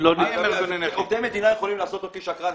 --- עובדי מדינה יכולים לעשות אותי שקרן?